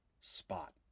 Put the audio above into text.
spot